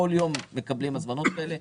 בכל יום מקבלים הזמנות כאלה.